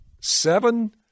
Seven